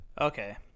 Okay